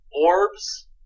orbs